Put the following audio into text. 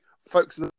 folks